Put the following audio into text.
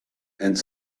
and